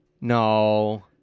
No